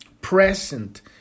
Present